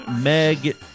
Meg